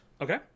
Okay